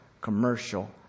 commercial